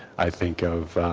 i think of